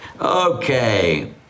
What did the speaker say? Okay